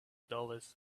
dollars